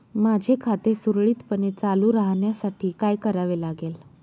माझे खाते सुरळीतपणे चालू राहण्यासाठी काय करावे लागेल?